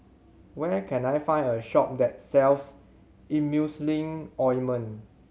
where can I find a shop that sells Emulsying Ointment